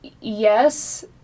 yes